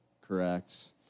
correct